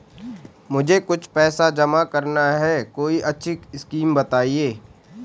मुझे कुछ पैसा जमा करना है कोई अच्छी स्कीम बताइये?